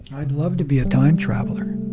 i'd love to be a time traveler.